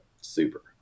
Super